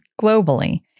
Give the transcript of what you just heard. globally